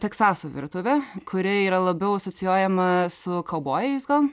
teksaso virtuvė kuri yra labiau asocijuojama su kaubojais gal